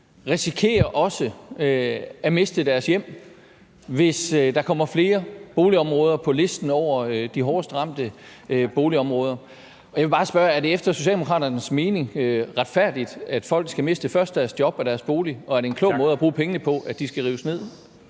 risikerer at miste deres hjem, altså hvis der kommer flere boligområder på listen over de hårdest ramte boligområder. Og jeg vil bare spørge: Er det efter Socialdemokraternes mening retfærdigt, at folk skal miste først deres job og dernæst deres bolig, og er det en klog måde at bruge pengene på, at de boliger skal rives ned?